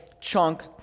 chunk